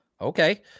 Okay